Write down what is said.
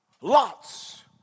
Lot's